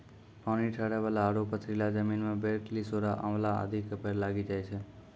पानी ठहरै वाला आरो पथरीला जमीन मॅ बेर, लिसोड़ा, आंवला आदि के पेड़ लागी जाय छै